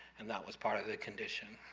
and that was part of the condition.